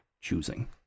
choosing